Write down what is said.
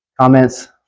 comments